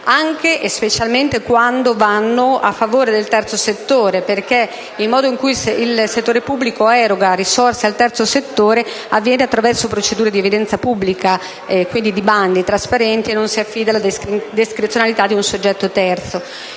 anche e specialmente quando vanno a favore del terzo settore. Il modo in cui il settore pubblico eroga risorse al terzo settore avviene attraverso procedure di evidenza pubblica e di bandi trasparenti e non si affida alla discrezionalità di un soggetto terzo.